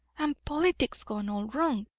and politics gone all wrong.